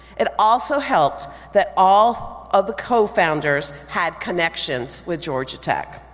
it also helped that all of the co-founders had connections with georgia tech.